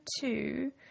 two